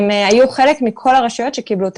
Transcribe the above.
הן היו חלק מכל הרשויות שקיבלו תקציב.